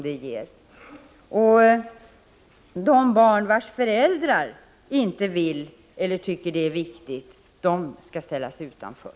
De barn vilkas föräldrar inte vill eller tycker att det är viktigt skall tydligen enligt Göte Jonsson ställas utanför.